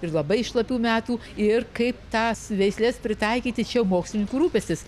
ir labai šlapių metų ir kaip tas veisles pritaikyti čia mokslininkų rūpestis